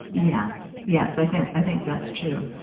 yes. yes, i think i think that's true.